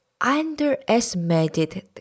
underestimated